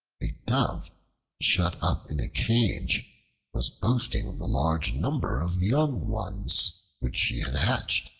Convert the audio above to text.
a dove shut up in a cage was boasting of the large number of young ones which she had hatched.